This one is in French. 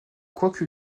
quoique